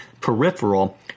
peripheral